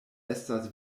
estas